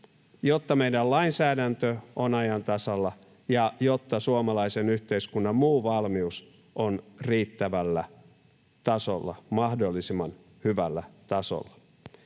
jotta meidän lainsäädäntömme on ajan tasalla ja jotta suomalaisen yhteiskunnan muu valmius on riittävällä tasolla, mahdollisimman hyvällä tasolla.